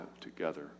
together